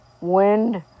wind